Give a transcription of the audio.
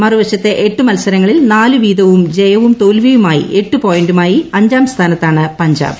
മറുവശത്ത് എട്ടു മത്സരങ്ങളിൽ നാല് വീതവും ജയവും തോൽവിയുമായി എട്ട് പോയിന്റുമായി അഞ്ചാം സ്ഥാനത്താണ് പഞ്ചാബ്